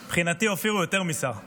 מבחינתי אופיר הוא יותר משר.